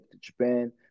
Japan